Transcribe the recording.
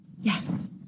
yes